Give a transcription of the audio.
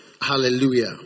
Hallelujah